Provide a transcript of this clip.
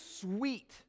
sweet